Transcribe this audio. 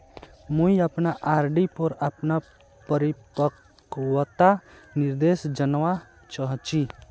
मुई अपना आर.डी पोर अपना परिपक्वता निर्देश जानवा चहची